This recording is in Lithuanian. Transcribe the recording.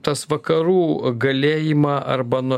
tas vakarų galėjimą arba